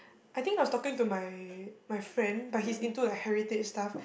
I think I was talking to my my friend but he's into like heritage stuff